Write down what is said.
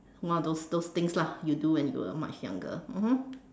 one of those those things lah you do when you were much younger mmhmm